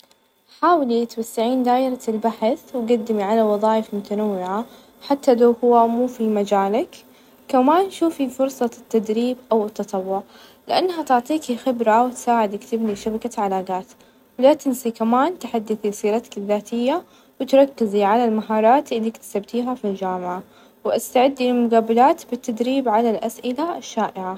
حاولي توسعين دائرة البحث وقدمي على وظايف متنوعة حتى لو هو مو في مجالك كمان شوفي فرصة التدريب، أو التطوع لإنها تعطيكي خبرة، وتساعدك تبني شبكة علاقات، ولا تنسي كمان تحدثي سيرتك الذاتية ،وتركزي على المهارات اللي اكتسبتيها في الجامعة، واستعدي للمقابلات بالتدريب على الأسئلة الشائعة.